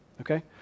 okay